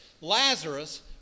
Lazarus